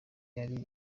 yari